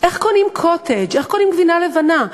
איך קונים קוטג', איך קונים גבינה לבנה.